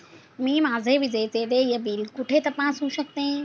मी माझे विजेचे देय बिल कुठे तपासू शकते?